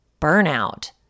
burnout